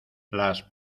las